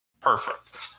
perfect